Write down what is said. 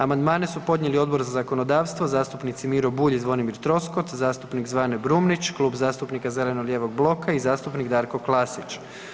Amandmane su podnijeli Odbor za zakonodavstvo, zastupnici Miro Bulj i Zvonimir Troskot, zastupnik Zvane Brumnić, Klub zastupnika zeleno-lijevog bloka i zastupnik Darko Klasić.